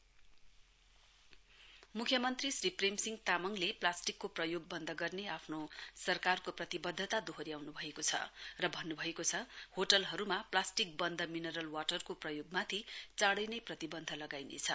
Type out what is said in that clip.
शेर्पा दिवस मुख्यमन्त्री श्री प्रेमसिंह तामङले प्लाष्टिकको प्रयोग वन्द गर्ने आफ्नो सरकारको प्रतिवध्दता दोहोर्याउनुभएको छ र भन्नुभएको छ होटलहरुमा प्लास्टिक बन्द मिनरल वाटरको प्रयोगमाथि चाँढ़ैनै प्रतिवन्ध लगाइनेछ